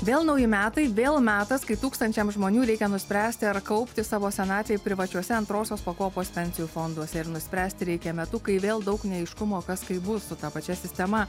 vėl nauji metai vėl metas kai tūkstančiams žmonių reikia nuspręsti ar kaupti savo senatvei privačiuose antrosios pakopos pensijų fonduose ir nuspręsti reikia metu kai vėl daug neaiškumo kas kaip bus su ta pačia sistema